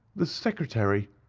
the secretary,